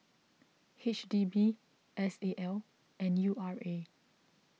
H D B S A L and U R A